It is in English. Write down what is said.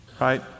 right